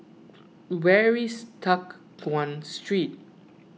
where is Teck Guan Street